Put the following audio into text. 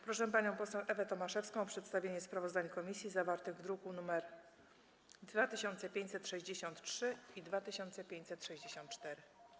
Proszę panią poseł Ewę Tomaszewską o przedstawienie sprawozdań komisji zawartych w drukach nr 2563 i 2564.